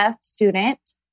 student